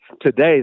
today